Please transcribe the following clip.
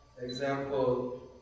example